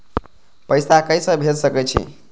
पैसा के से भेज सके छी?